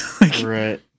Right